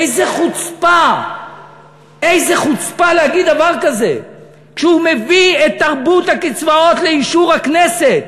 איזו חוצפה לומר דבר כזה כשהוא מביא את תרבות הקצבאות לאישור הכנסת.